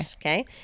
okay